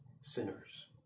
sinners